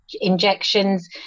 injections